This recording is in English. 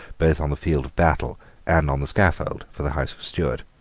both on the field of battle and on the scaffold, for the house of stuart.